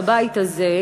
בבית הזה,